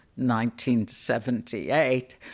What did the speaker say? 1978